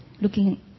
Looking